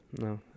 No